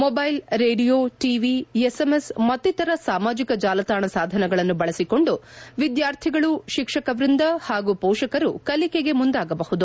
mobile radio TV SMS ಮತ್ತಿತರ ಸಾಮಾಜಿಕ ಜಾಲತಾಣ ಸಾಧನಗಳನ್ನು ಬಳಸಿಕೊಂಡು ವಿದ್ಯಾರ್ಥಿಗಳು ಶಿಕ್ಷಕ ವ್ಬಂದ ಮತ್ತು ಪೋಷಕರು ಕಲಿಕೆಗೆ ಮುಂದಾಗಬಹುದು